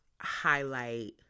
highlight